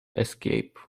escape